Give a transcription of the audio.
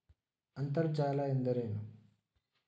ಅಂತರ್ಜಲ ಎಂದರೇನು?